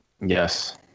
Yes